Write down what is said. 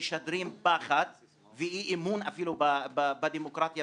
כמי שרוצה לדאוג לחיים משותפים של יהודים וערבים במדינת ישראל,